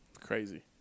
Crazy